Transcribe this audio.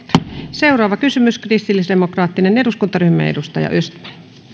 seuraava kysymys kristillisdemokraattinen eduskuntaryhmä edustaja östman